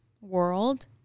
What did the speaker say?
world